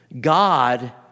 God